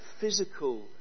physical